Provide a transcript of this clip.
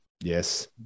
Yes